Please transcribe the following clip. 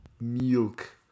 Milk